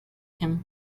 him